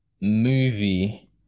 movie